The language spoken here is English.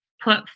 put